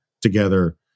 together